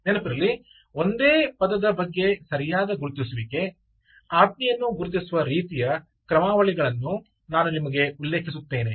ನೆನಪಿರಲಿ ಒಂದೇ ಪದದ ಬಗ್ಗೆ ಸರಿಯಾದ ಗುರುತಿಸುವಿಕೆ ಆಜ್ಞೆಯನ್ನು ಗುರುತಿಸುವ ರೀತಿಯ ಕ್ರಮಾವಳಿಗಳನ್ನು ನಾನು ನಿಮಗೆ ಉಲ್ಲೇಖಿಸುತ್ತೇನೆ